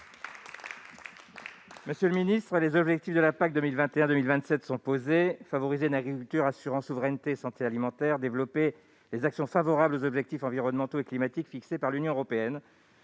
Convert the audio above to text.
Monsieur le ministre, les objectifs de la PAC 2021-2027 sont posés : favoriser une agriculture assurant souveraineté et santé alimentaire ; développer les actions favorables aux objectifs environnementaux et climatiques fixés par l'Union européenne